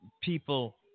people –